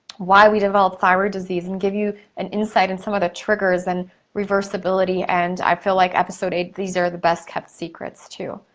why we develop thyroid disease and give you and insight in some of the triggers, and reversibility. and i feel like episode eight, these are the best kept secrets too.